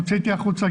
הוצאתי החוצה,